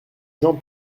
jean